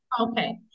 okay